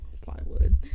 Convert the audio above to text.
plywood